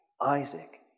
Isaac